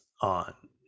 on